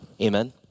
Amen